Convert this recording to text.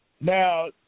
Now